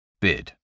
Bid